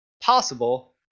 possible